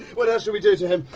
what else should we do to him?